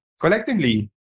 collectively